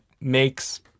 makes